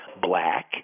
black